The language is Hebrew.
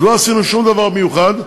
אז לא עשינו שום דבר מיוחד,